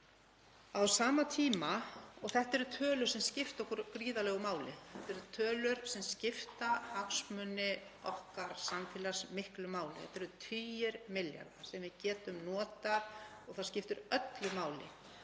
á sama tíma og þetta eru tölur sem skipta okkur gríðarlegu máli, þetta eru tölur sem skipta hagsmuni okkar samfélags miklu máli, þetta eru tugir milljarða sem við getum notað, þá skiptir öllu máli